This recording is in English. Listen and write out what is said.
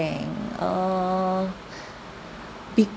err because